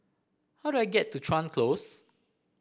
how do I get to Chuan Close